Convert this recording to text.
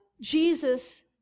Jesus